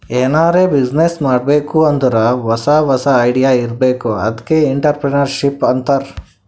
ಎನಾರೇ ಬಿಸಿನ್ನೆಸ್ ಮಾಡ್ಬೇಕ್ ಅಂದುರ್ ಹೊಸಾ ಹೊಸಾ ಐಡಿಯಾ ಇರ್ಬೇಕ್ ಅದ್ಕೆ ಎಂಟ್ರರ್ಪ್ರಿನರ್ಶಿಪ್ ಅಂತಾರ್